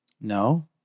No